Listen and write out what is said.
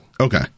Okay